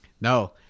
No